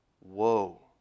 woe